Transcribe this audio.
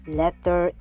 letter